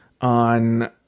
on